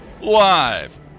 live